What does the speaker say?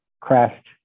crashed